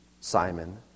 Simon